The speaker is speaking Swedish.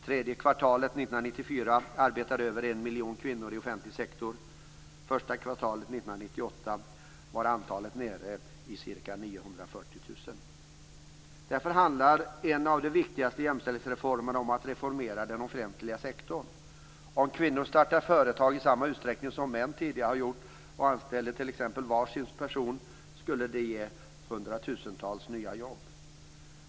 Tredje kvartalet 1994 arbetade över en miljon kvinnor i offentlig sektor. Första kvartalet 1998 var antalet nere i ca 940 000. Därför handlar en av de viktigaste jämställdhetsreformerna om att reformera den offentliga sektorn. Om kvinnor startade företag i samma utsträckning som män tidigare har gjort och anställde t.ex. var sin person, skulle det ge hundratusentals nya jobb.